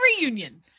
reunion